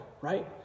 right